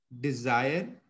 desire